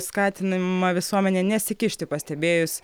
skatinama visuomenė nesikišti pastebėjus